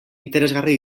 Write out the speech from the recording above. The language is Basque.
interesgarri